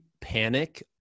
panic